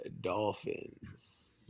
Dolphins